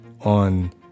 on